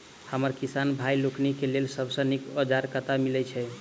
हमरा किसान भाई लोकनि केँ लेल सबसँ नीक औजार कतह मिलै छै?